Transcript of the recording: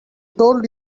told